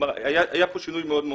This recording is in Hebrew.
היה פה שינוי מאוד מהותי.